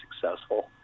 successful